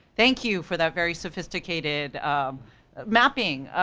thank you for that very sophisticated, um mapping,